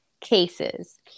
cases